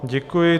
Děkuji.